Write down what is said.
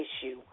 issue